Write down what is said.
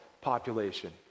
population